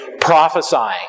prophesying